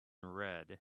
red